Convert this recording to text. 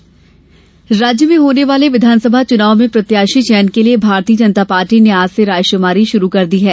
भाजपा रायशुमारी राज्य में होने वाले विधानसभा चुनाव में प्रत्याशी चयन के लिए भारतीय जनता पार्टी आज से रायशुमारी शुरू कर दी है